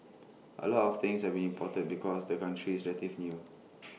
A lot of things have imported because the country is relative new